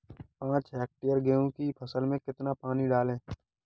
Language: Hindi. पाँच हेक्टेयर गेहूँ की फसल में कितना पानी डालें?